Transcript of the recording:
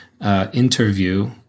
interview